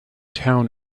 town